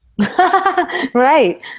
Right